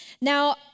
Now